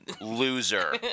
loser